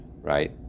right